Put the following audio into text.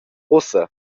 ussa